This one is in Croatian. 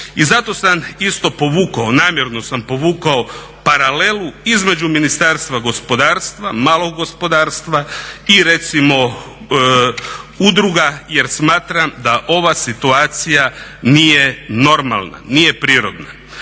I zato sam isto povukao namjerno sam povukao paralelu između Ministarstva gospodarstva, malog gospodarstva i recimo udruga jer smatram da ova situacija nije normalna, nije prirodna.